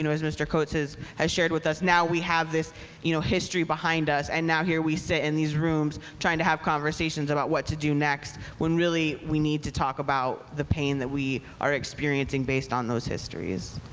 as mr. coates has has shared with us, now we have this you know history behind us and now here we sit in these rooms trying to have conversations about what to do next when really we need to talk about the pain that we are experiencing based on those histories.